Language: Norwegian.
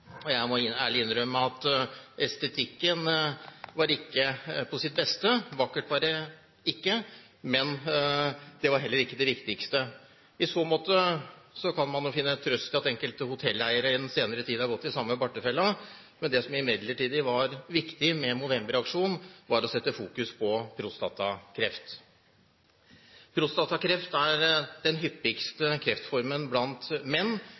Jeg må ærlig innrømme at estetikken var ikke på sitt beste, vakkert var det ikke, men det var heller ikke det viktigste. I så måte kan man jo finne trøst i at enkelte hotelleiere i den senere tid har gått i samme bartefella. Det som imidlertid var viktig med Movember-aksjonen, var å fokusere på prostatakreft. Prostatakreft er den hyppigste kreftformen blant menn,